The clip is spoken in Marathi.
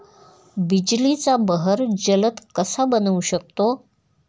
बिजलीचा बहर जलद कसा बनवू शकतो?